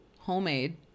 homemade